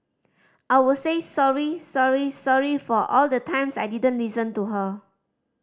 I would say sorry sorry sorry for all the times I didn't listen to her